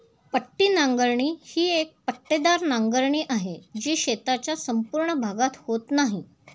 पट्टी नांगरणी ही एक पट्टेदार नांगरणी आहे, जी शेताचा संपूर्ण भागात होत नाही